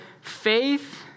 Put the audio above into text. Faith